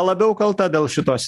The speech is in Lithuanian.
labiau kalta dėl šitos